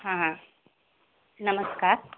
हां नम स्कार